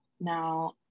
Now